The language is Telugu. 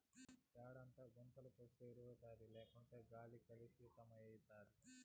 పేడంతా గుంతల పోస్తే ఎరువౌతాది లేకుంటే గాలి కలుసితమైతాది